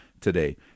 today